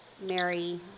Mary